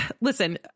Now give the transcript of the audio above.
listen